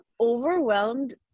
overwhelmed